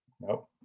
Nope